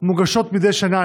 מוגשות מדי שנה?